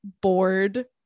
bored